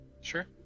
Sure